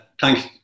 Thanks